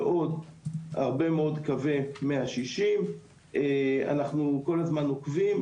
ועוד הרבה מאוד קווי 160. אנחנו כל הזמן עוקבים,